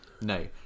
No